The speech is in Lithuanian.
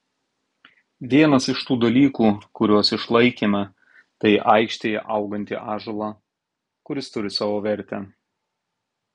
vienas iš tų dalykų kuriuos išlaikėme tai aikštėje augantį ąžuolą kuris turi savo vertę